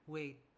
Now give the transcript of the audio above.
Wait